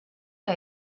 que